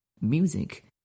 Music